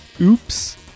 oops